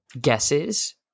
guesses